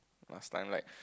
last time like